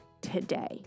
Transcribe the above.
today